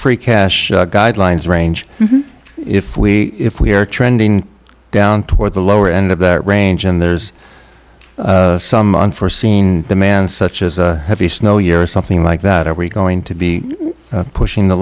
free cash guidelines range if we if we are trending down toward the lower end of that range and there's some unforeseen demand such as a heavy snow year or something like that are we going to be pushing the